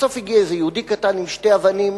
בסוף הגיע איזה יהודי קטן עם שתי אבנים,